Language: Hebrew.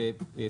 איזה סעיף?